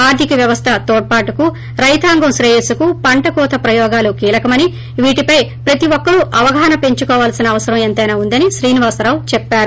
ఆర్గిక వ్యవస్ల తోడ్పాటుకు రైతాంగం శ్రేయస్సుకు పంట కోత ప్రయోగాలు కీలకమని వీటిపై ప్రతి ఒక్కరూ అవగాహన పెంచుకోవాల్సిన అవసరం ఎంతైనా ఉందని శ్రీనివాసరావు చెప్పారు